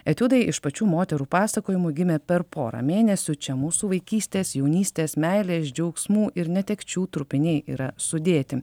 etiudai iš pačių moterų pasakojimų gimė per porą mėnesių čia mūsų vaikystės jaunystės meilės džiaugsmų ir netekčių trupiniai yra sudėti